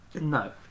No